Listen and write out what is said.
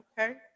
Okay